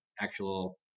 actual